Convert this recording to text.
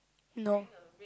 no